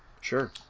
Sure